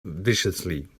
viciously